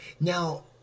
Now